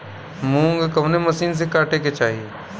मूंग कवने मसीन से कांटेके चाही?